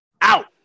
out